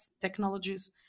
technologies